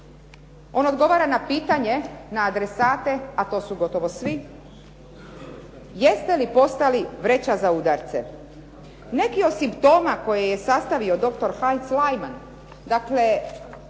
On odgovara na pitanje, na adresate, a to su gotovo svi jeste li postali vreća za udarce. Neki od sintoma koje je sastavio dr. Halz Laiman, dakle